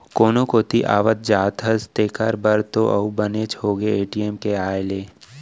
कोनो कोती आवत जात हस तेकर बर तो अउ बनेच होगे ए.टी.एम के आए ले